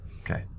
Okay